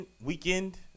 weekend